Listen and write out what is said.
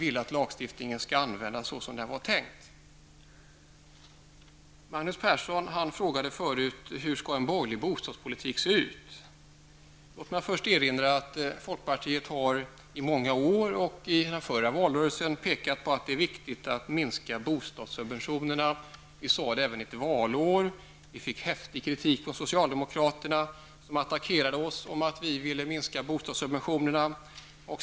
Lagstiftningen skall användas såsom den var tänkt. Magnus Persson frågade förut hur en borgerlig bostadspolitik skall se ut. Låt mig först erinra om att folkpartiet under många år pekat på att det är viktigt att minska bostadssubventionerna. Vi sade det även under den förra valrörelsen och fick häftig kritik från socialdemokraterna som attackerade oss för att vi ville minska bostadssubventionerna.